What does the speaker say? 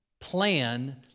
plan